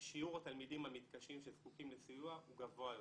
שיעור התלמידים המתקשים שזקוקים לסיוע הוא גבוה יותר,